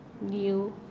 new